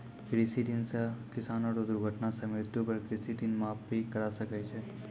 कृषि ऋण सह किसानो रो दुर्घटना सह मृत्यु पर कृषि ऋण माप भी करा सकै छै